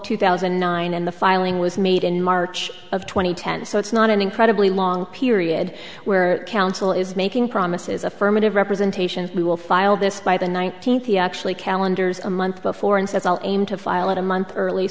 two thousand and nine and the filing was made in march of two thousand and ten so it's not an incredibly long period where counsel is making promises affirmative representation we will file this by the nineteenth the actually calendars a month before and says i'll aim to file it a month early